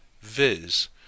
viz